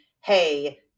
hey